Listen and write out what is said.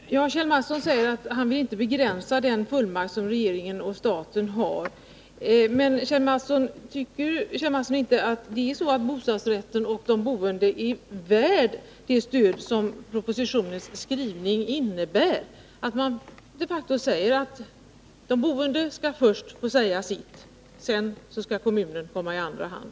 Herr talman! Kjell Mattsson säger att han inte vill begränsa den fullmakt regeringen och staten har. Men tycker inte Kjell Mattsson att bostadsrätten och de boende är värda det stöd som propositionens skrivning innebär, där man de facto säger att de boende först skall få säga sitt, och kommunen komma i andra hand?